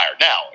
Now